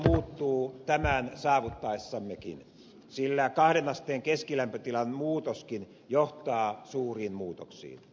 ilmasto muuttuu tämän saavuttaessammekin sillä kahden asteen keskilämpötilan muutoskin johtaa suuriin muutoksiin